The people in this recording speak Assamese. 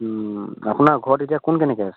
আপোনাৰ ঘৰত এতিয়া কোন কেনেকৈ আছে